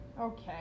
Okay